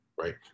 right